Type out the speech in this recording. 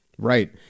Right